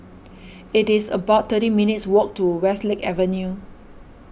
it is about thirty minutes' walk to Westlake Avenue